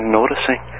noticing